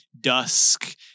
dusk